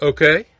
Okay